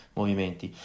movimenti